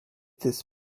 this